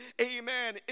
amen